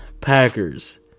Packers